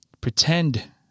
pretend